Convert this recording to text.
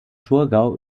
thurgau